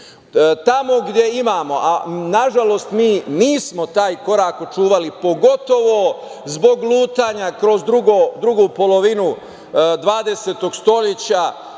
gde imamo, nažalost, mi nismo taj korak očuvali, pogotovo zbog lutanja kroz drugu polovinu 20. stoleća,